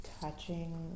touching